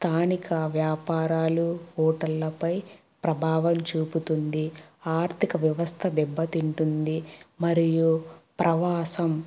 స్థానిక వ్యాపారాలు హోటళ్లపై ప్రభావం చూపుతుంది ఆర్థిక వ్యవస్థ దెబ్బతింటుంది మరియు ప్రవాసం